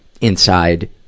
inside